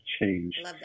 change